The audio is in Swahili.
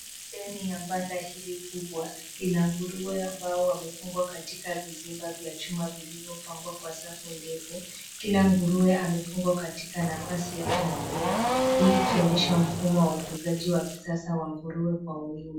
Ndani ya banda hili kubwa, lina nguruwe ambao wamefungwa katika vizimba vya chuma vilivyopangwa kwa safu ndefu. Kila nguruwe amefungwa katika nafasi yake mwenyewe, hii ikionyesha mfumo wa ufugaji wa kisasa wa nguruwe kwa wingi.